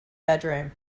bedroom